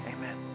Amen